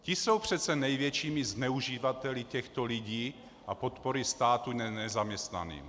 Ti jsou přece největšími zneuživateli těchto lidí a podpory státu nezaměstnaným.